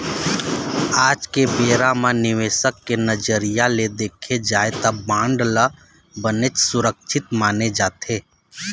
आज के बेरा म निवेसक के नजरिया ले देखे जाय त बांड ल बनेच सुरक्छित माने जाथे